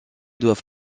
doivent